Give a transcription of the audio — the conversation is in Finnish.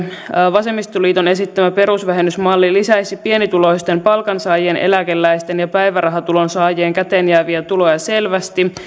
vasemmistoliiton esittämä perusvähennysmalli lisäisi pienituloisten palkansaajien eläkeläisten ja päivärahatulon saajien käteen jääviä tuloja selvästi